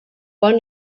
pon